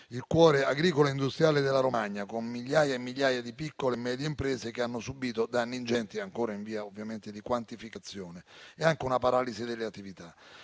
il cuore agricolo e industriale della Romagna, con migliaia e migliaia di piccole e medie imprese che hanno subito danni ingenti, ancora in via di quantificazione, e anche una paralisi delle attività.